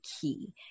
key